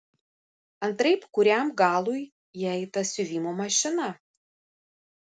antraip kuriam galui jai ta siuvimo mašina